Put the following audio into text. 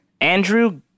Andrew